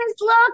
look